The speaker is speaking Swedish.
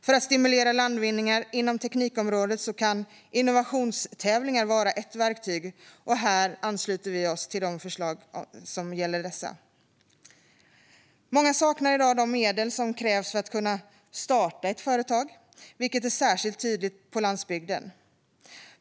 För att stimulera landvinningar inom teknikområdet kan innovationstävlingar vara ett verktyg. Vi ansluter oss till det förslag som gäller detta. Många saknar i dag de medel som krävs för att kunna starta ett företag. Det är särskilt tydligt på landsbygden.